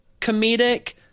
comedic